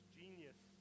genius